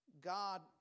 God